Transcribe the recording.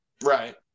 Right